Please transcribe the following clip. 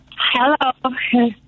Hello